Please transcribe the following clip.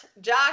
Josh